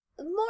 More